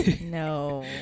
No